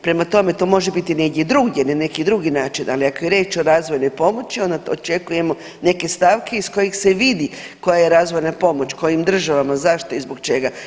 Prema tome, to može biti negdje drugdje na neki drugi način, ali ako je riječ o razvojnoj pomoći onda očekujemo neke stavke iz kojih se vidi koja je razvojna pomoć, kojim državama, zašto i zbog čega.